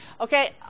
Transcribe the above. okay